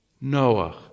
Noah